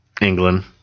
England